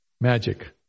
magic